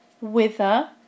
wither